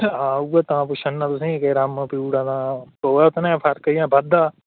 हां उ'ऐ तां पुच्छा ना तुसें ई के रम्म पी ओड़ां तां पौऐ उ'दे कन्नै फर्क जां बाद्धा